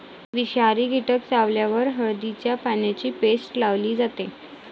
विषारी कीटक चावल्यावर हळदीच्या पानांची पेस्ट लावली जाते